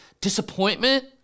disappointment